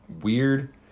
weird